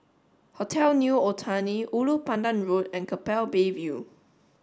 hotel New Otani Ulu Pandan Road and Keppel Bay View